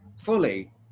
fully